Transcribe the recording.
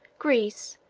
greece,